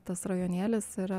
tas rajonėlis yra